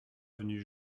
avenue